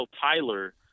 Tyler